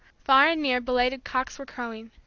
far and near belated cocks were crowing.